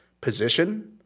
position